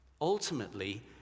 Ultimately